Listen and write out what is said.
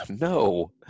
No